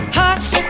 hush